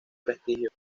prestigio